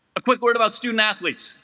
a quick word about student-athletes